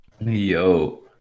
Yo